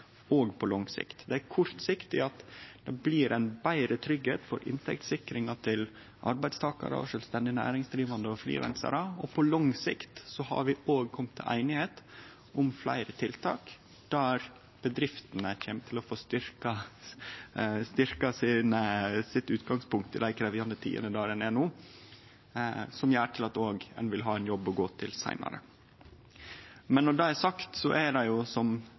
og på lang sikt. På kort sikt blir det større tryggleik for inntektssikringa til arbeidstakarar, sjølvstendig næringsdrivande og frilansarar, og på lang sikt har vi kome til einigheit om fleire tiltak der bedriftene kjem til å få styrkt sitt utgangspunkt i dei krevjande tidene ein er inne i no, og som gjer at ein òg vil ha ein jobb å gå til seinare. Men når det er sagt, er det jo, som